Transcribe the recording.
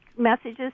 messages